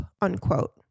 unquote